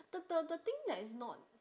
the the the thing that is not